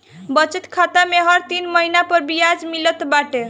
बचत खाता में हर तीन महिना पअ बियाज मिलत बाटे